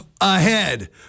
ahead